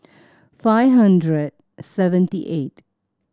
five hundred seventy eight